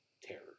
terror